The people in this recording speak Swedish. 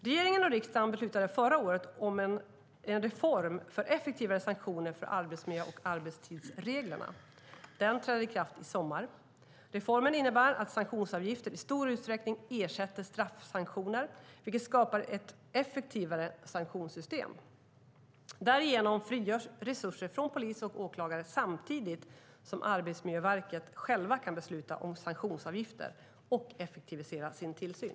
Regeringen och riksdagen beslutade förra året om en reform för effektivare sanktioner för arbetsmiljö och arbetstidsreglerna. Den träder i kraft i sommar. Reformen innebär att sanktionsavgifter i stor utsträckning ersätter straffsanktioner, vilket skapar ett effektivare sanktionssystem. Därigenom frigörs resurser från polis och åklagare, samtidigt som Arbetsmiljöverket självt kan besluta om sanktionsavgifter och effektivisera sin tillsyn.